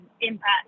impact